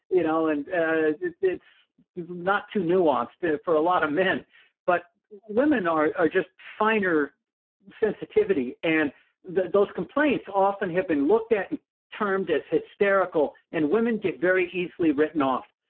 you know and it's not too nuanced for a lot of men but women are are just finer sensitivity and those complaints often have been looked at and termed as hysterical, and women get very easily written off.